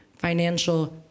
financial